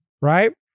right